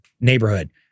neighborhood